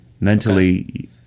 Mentally